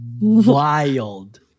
wild